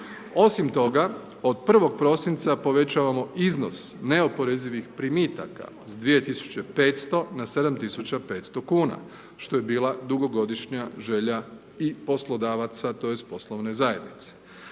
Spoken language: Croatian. Osim toga, od 1. prosinca povećavamo iznos neoporezivih primitaka s 2500 na 7500 kuna, što je bila dugogodišnja želja i poslodavaca, tj. poslovne zajednice.